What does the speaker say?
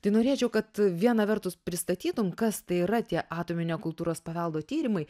tai norėčiau kad viena vertus pristatytum kas tai yra tie atominio kultūros paveldo tyrimai